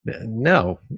No